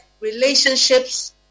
relationships